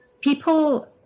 people